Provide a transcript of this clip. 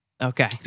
Okay